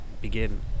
begin